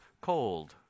cold